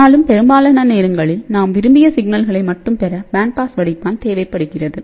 ஆனாலும் பெரும்பாலான நேரங்களில் நாம் விரும்பிய சிக்னல்களை மட்டும் பெறபேண்ட்பாஸ்வடிப்பான்தேவைப்படுகிறது